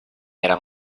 era